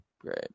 great